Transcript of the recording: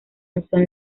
son